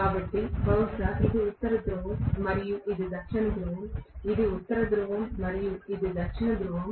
కాబట్టి బహుశా ఇది ఉత్తర ధ్రువం ఇది దక్షిణ ధృవం ఇది ఉత్తర ధ్రువం మరియు ఇది దక్షిణ ధ్రువం